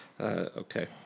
Okay